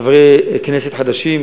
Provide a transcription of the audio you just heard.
חברי כנסת חדשים,